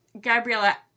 Gabriella